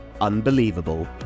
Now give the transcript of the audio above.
Unbelievable